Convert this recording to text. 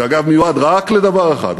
שאגב מיועד רק לדבר אחד,